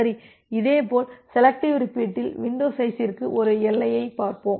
சரி இதேபோல் செலெக்டிவ் ரிப்பீட்டில் வின்டோ சைசிகிற்கு ஒரு எல்லையை வைப்போம்